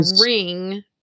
ring